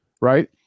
right